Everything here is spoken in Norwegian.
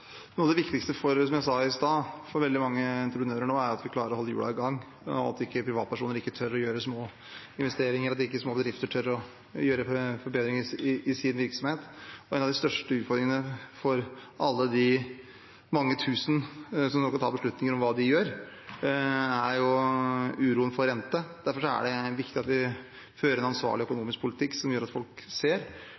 viktigste for veldig mange entreprenører nå er at vi klarer å holde hjulene i gang, at privatpersoner tør å gjøre små investeringer, og at små bedrifter tør å gjøre forbedringer i sin virksomhet. En av de største utfordringene for de mange tusen som nå må ta beslutninger om hva de gjør, er uroen for renta. Derfor er det viktig at vi fører en ansvarlig